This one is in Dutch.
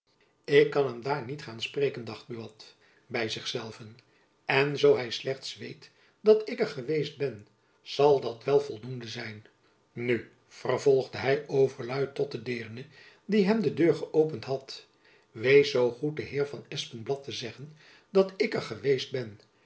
ik kan hem daar niet gaan spreken dacht buat jacob van lennep elizabeth musch by zich zelven en zoo hy slechts weet dat ik er geweest ben zal dat wel voldoende zijn nu vervolgde hy overluid tot de deerne die hem de deur geöpend had wees zoo goed den heer van espenblad te zeggen dat ik er geweest ben